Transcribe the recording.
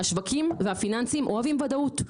השווקים והפיננסים אוהבים ודאות.